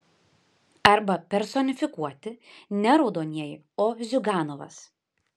arba personifikuoti ne raudonieji o ziuganovas